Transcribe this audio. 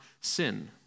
sin